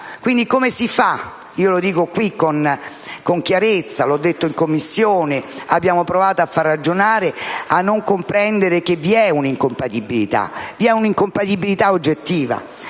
chiedo come si fa - lo dico qui con chiarezza, l'ho detto in Commissione, abbiamo provato a far ragionare - a non comprendere che vi è un'incompatibilità oggettiva.